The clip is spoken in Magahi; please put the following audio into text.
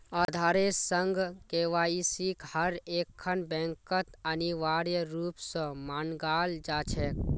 आधारेर संग केवाईसिक हर एकखन बैंकत अनिवार्य रूप स मांगाल जा छेक